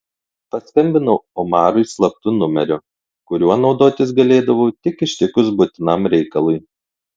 paskambinau omarui slaptu numeriu kuriuo naudotis galėdavau tik ištikus būtinam reikalui